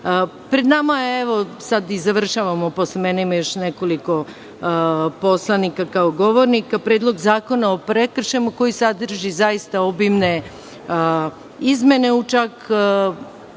domu. Pred nama je, evo sad i završavamo, posle mene ima još nekoliko poslanika kao govornika, Predlog zakona o prekršajima koji sadrži zaista obimne izmene u čak